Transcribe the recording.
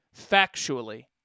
Factually